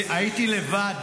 הייתי לבד,